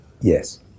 Yes